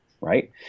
Right